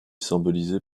symbolisée